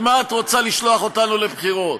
על מה את רוצה לשלוח אותנו לבחירות?